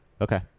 okay